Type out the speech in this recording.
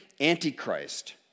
antichrist